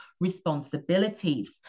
responsibilities